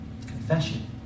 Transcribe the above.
Confession